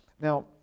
now